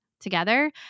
together